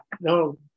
no